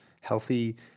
healthy